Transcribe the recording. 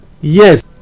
yes